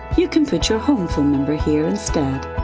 you can put your home phone number here instead.